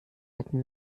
hätten